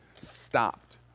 stopped